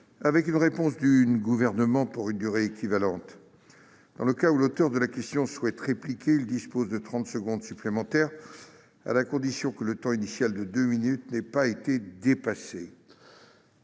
avec une réponse du Gouvernement pour une durée équivalente. Dans le cas où l'auteur de la question souhaite répliquer, il dispose de trente secondes supplémentaires, à la condition que le temps initial de deux minutes n'ait pas été dépassé.